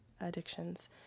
addictions